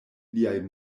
liaj